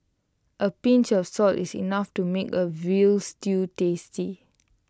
A pinch of salt is enough to make A Veal Stew tasty